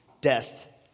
Death